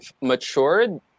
matured